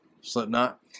Slipknot